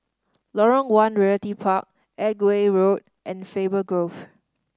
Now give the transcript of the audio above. Lorong One Realty Park Edgware Road and Faber Grove